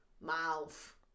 mouth